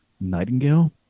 Nightingale